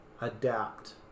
adapt